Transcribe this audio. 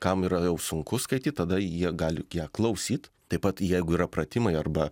kam yra jau sunku skaityt tada jie gali klausyt taip pat jeigu yra pratimai arba